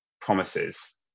promises